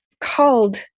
called